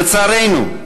לצערנו,